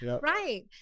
right